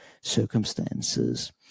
circumstances